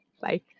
Bye